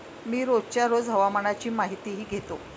मी रोजच्या रोज हवामानाची माहितीही घेतो